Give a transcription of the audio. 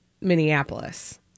Minneapolis